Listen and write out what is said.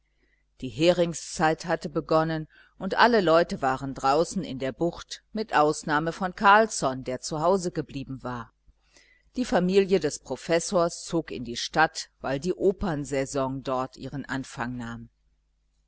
die heringszeit hatte begonnen und alle leute waren draußen in der bucht mit ausnahme von carlsson der zu hause geblieben war die familie des professors zog in die stadt weil die opernsaison dort ihren anfang nahm